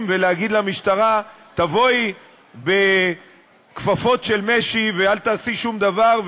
ולהגיד למשטרה: תבואי בכפפות של משי ואל תעשי שום דבר,